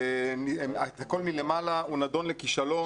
נדון לכישלון.